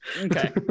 okay